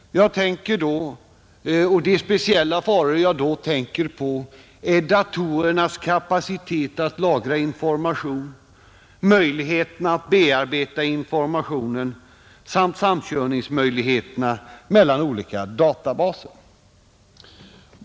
De speciella faror jag då tänker på är datorernas kapacitet att lagra information, möjligheten att bearbeta informationen och möjligheterna till samkörning mellan olika databaser.